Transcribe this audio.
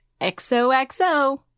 XOXO